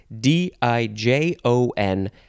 D-I-J-O-N